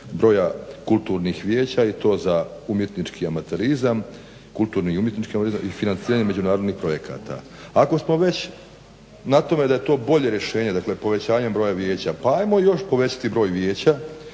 broja kulturnih vijeća i to za kulturni i umjetnički amaterizam i financiranje međunarodnih projekata. Ako smo već na tome da je to bolje rješenje dakle povećanjem broja vijeća, pa ajmo još povećati broj vijeća